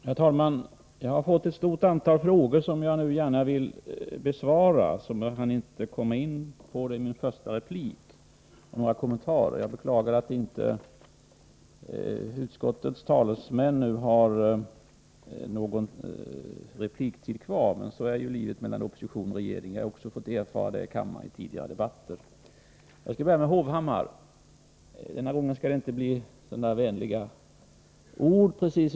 Herr talman! Jag har fått ett stort antal frågor som jag inte hann komma in på i min första replik men som jag nu gärna vill besvara. Jag beklagar att inte utskottets talesmän har någon repliktid kvar, men sådant är livet när man är i opposition. Jag har fått erfara det i tidigare debatter i kammaren. Jag skall börja med Hovhammar. Denna gång skall det inte bli några vänliga ord precis.